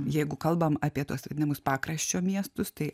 jeigu kalbam apie tuos vadinamus pakraščio miestus tai